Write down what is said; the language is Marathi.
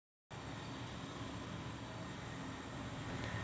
माझा भाऊ मुंबईत त्याच्या बाल्कनीत हरभरा पिकवतो